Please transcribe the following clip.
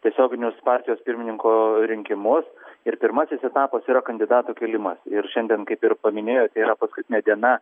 tiesioginius partijos pirmininko rinkimus ir pirmasis etapas yra kandidatų kėlimas ir šiandien kaip ir paminėjote yra paskutinė diena